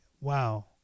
wow